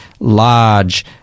large